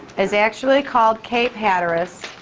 is actually called cape hatteras